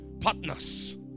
Partners